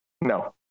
No